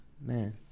Man